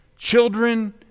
Children